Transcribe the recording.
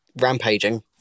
rampaging